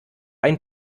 ein